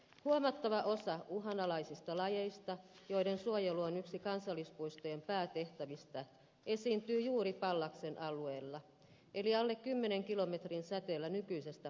huomattava osa uhanalaisista lajeista joiden suojelu on yksi kansallispuistojen päätehtävistä esiintyy juuri pallaksen alueella eli alle kymmenen kilometrin säteellä nykyisestä hotellista